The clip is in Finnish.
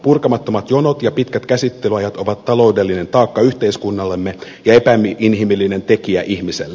purkamattomat jonot ja pitkät käsittelyajat ovat taloudellinen taakka yhteiskunnallemme ja epäinhimillinen tekijä ihmiselle